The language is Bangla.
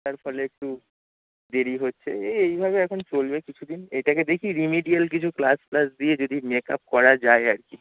তার ফলে একটু দেরি হচ্ছে এই এইভাবে এখন চলবে কিছু দিন এটাকে দেখি রিমিডিয়াল কিছু ক্লাস ফ্লাস দিয়ে যদি মেকআপ করা যায় আর কি